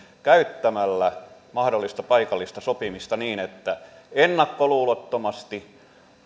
käyttämällä mahdollista paikallista sopimista niin että ennakkoluulottomasti